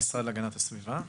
המשרד להגנת הסביבה,